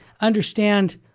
understand